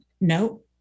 No